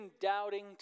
doubting